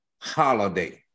holiday